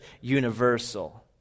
universal